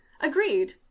Agreed